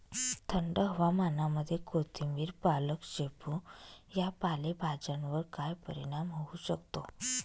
थंड हवामानामध्ये कोथिंबिर, पालक, शेपू या पालेभाज्यांवर काय परिणाम होऊ शकतो?